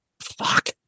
Fuck